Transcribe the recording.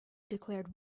declared